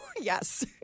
yes